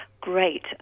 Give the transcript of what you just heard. great